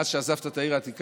מאז שעזבת את העיר העתיקה,